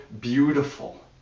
beautiful